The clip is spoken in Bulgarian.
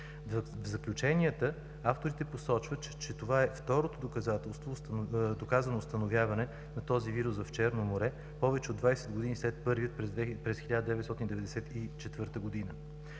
В заключенията авторите посочват, че това е второто доказано установяване на този вирус в Черно море, повече от 20 години след първото през 1994 г.